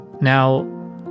Now